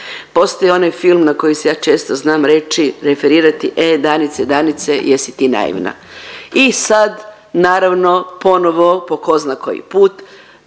Postoji onaj film na koji se ja često reći, referirati E Danice, Danice jesi ti naivna. I sad naravno ponovo po tko zna koji put